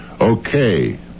okay